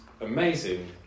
amazing